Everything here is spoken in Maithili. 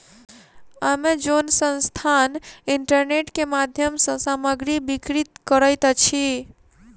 अमेज़न संस्थान इंटरनेट के माध्यम सॅ सामग्री बिक्री करैत अछि